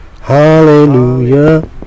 hallelujah